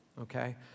Okay